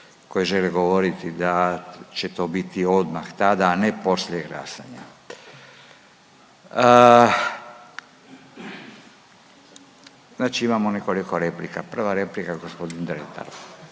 koji žele govoriti da će to biti odmah tada, a ne poslije glasanja. Znači imamo nekoliko replika. Prva replika gospodin Dretar.